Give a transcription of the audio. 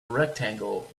rectangle